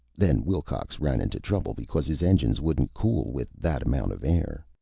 then wilcox ran into trouble because his engines wouldn't cool with that amount of air.